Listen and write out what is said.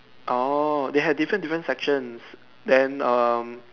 orh they had different different sections then um